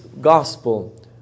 gospel